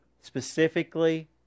specifically